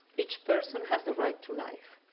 each person has the right to life.